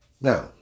Now